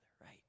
right